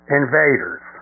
invaders